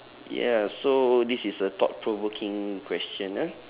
ya so this is a thought provoking question ah